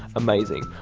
amazing.